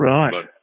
Right